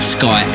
Sky